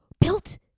built